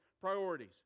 priorities